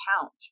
count